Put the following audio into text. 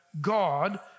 God